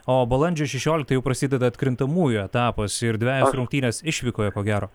o balandžio šešioliktą jau prasideda atkrintamųjų etapas ir dvejos rungtynės išvykoje ko gero